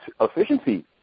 efficiency